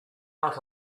out